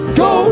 go